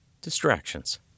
distractions